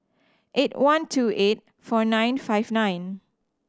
eight one two eight four nine five nine